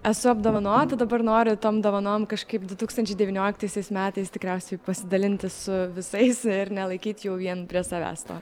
esu apdovanota dabar noriu tom dovanom kažkaip du tūkstančiai devynioliktaisiais metais tikriausiai pasidalinti su visais ir nelaikyt jau vien prie savęs to